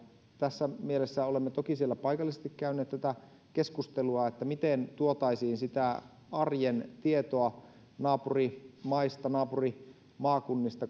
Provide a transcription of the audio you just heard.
tässä mielessä olemme toki siellä paikallisesti käyneet tätä keskustelua siitä miten tuotaisiin sitä arjen tietoa naapurimaista naapurimaakunnista